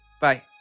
Bye